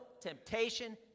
temptation